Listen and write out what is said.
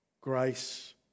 grace